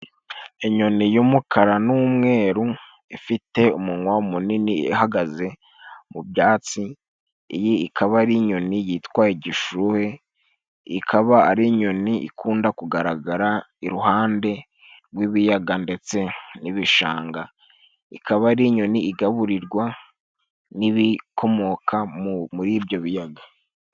Inyoni y'umukara n'umweru ifite umunwa munini ihagaze mu byatsi. Iyi ikaba ari inyoni yitwa igishuhe. Ikaba ari inyoni ikunda kugaragara iruhande rw'ibiyaga ndetse n'ibishanga, ikaba ari inyoni igaburirwa n'ibikomoka muri ibyo biyaga.